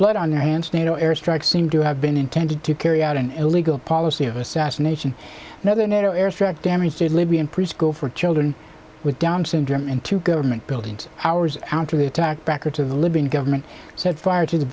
blood on their hands nato airstrikes seem to have been intended to carry out an illegal policy of assassination and other nato airstrikes damaged a libyan preschool for children with down syndrome and two government buildings hours after the attack backers of the libyan government set fire to the